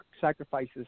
sacrifices